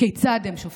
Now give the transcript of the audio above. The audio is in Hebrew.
כיצד הם שופטים?